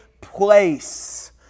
place